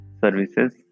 services